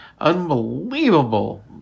unbelievable